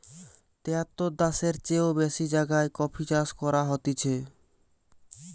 তেয়াত্তর দ্যাশের চেও বেশি জাগায় কফি চাষ করা হতিছে